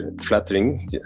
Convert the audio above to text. flattering